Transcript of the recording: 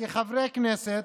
כחברי כנסת,